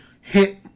hit